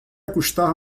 custar